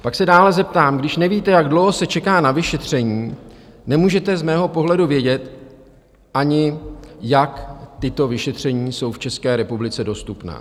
Pak se dále zeptám, když nevíte, jak dlouho se čeká na vyšetření, nemůžete z mého pohledu vědět ani, jak tato vyšetření jsou v České republice dostupná.